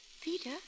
Peter